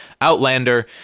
Outlander